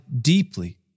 deeply